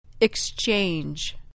exchange